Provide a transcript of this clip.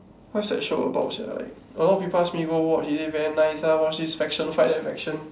what's that show about sia like a lot people ask me go watch is it very nice lah watch this faction fight that faction